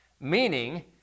meaning